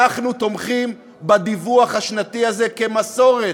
אנחנו תומכים בדיווח השנתי הזה כמסורת.